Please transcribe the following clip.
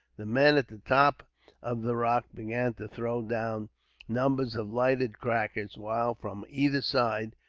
the men at the top of the rock began to throw down numbers of lighted crackers while, from either side,